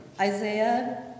Isaiah